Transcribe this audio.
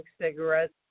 cigarettes